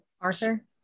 Arthur